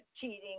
cheating